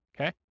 okay